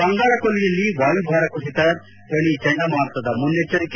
ಬಂಗಾಳ ಕೊಲ್ಲಿಯಲ್ಲಿ ವಾಯುಭಾರ ಕುಸಿತ ಪಣಿ ಚಂಡಮಾರುತದ ಮುನ್ನೆಚ್ಚರಿಕೆ